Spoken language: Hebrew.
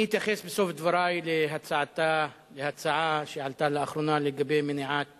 אני אתייחס בסוף דברי להצעה שעלתה לאחרונה לגבי מניעת